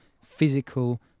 physical